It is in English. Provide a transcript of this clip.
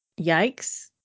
Yikes